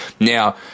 Now